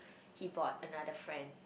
he brought another friend